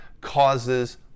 causes